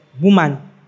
woman